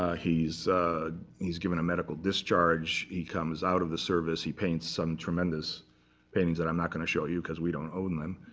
ah he's he's given a medical discharge. he comes out of the service. he paints some tremendous paintings that i'm not going to show you because we don't own them.